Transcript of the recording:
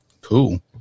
cool